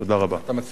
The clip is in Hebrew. מה אתה מציע, אדוני?